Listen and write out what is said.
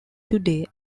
today